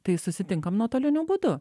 tai susitinkam nuotoliniu būdu